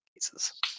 cases